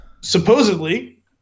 Supposedly